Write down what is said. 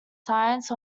science